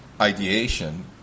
ideation